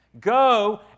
Go